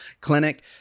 clinic